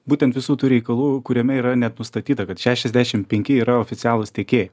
būtent visų tų reikalų kuriame yra net nustatyta kad šešiasdešimt penki yra oficialūs tiekėjai